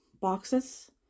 boxes